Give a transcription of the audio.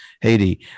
haiti